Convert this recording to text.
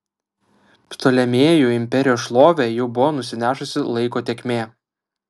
ptolemėjų imperijos šlovę jau buvo nusinešusi laiko tėkmė